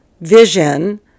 vision